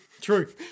True